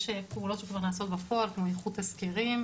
יש פעולות שכבר נעשות בפועל, כמו איחוד תסקירים.